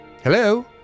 Hello